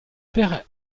père